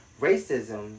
Racism